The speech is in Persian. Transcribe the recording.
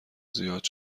زیاد